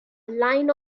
line